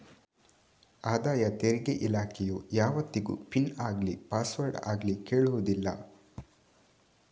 ಆದಾಯ ತೆರಿಗೆ ಇಲಾಖೆಯು ಯಾವತ್ತಿಗೂ ಪಿನ್ ಆಗ್ಲಿ ಪಾಸ್ವರ್ಡ್ ಆಗ್ಲಿ ಕೇಳುದಿಲ್ಲ